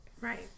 Right